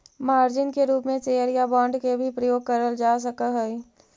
margin के रूप में शेयर या बांड के भी प्रयोग करल जा सकऽ हई